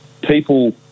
people